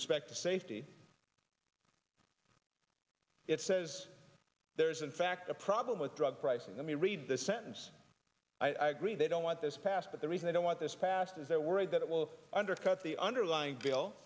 respect to safety it says there is in fact a problem with drug pricing let me read the sentence i agree they don't want this passed but the reason they don't want this passed is they're worried that it will undercut the underlying bill